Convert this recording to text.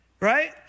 right